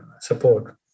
support